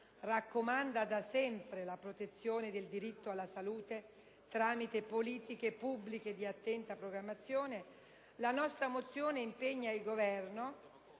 raccomanda da sempre la protezione del diritto alla salute tramite politiche pubbliche di attenta programmazione, la mozione impegna il Governo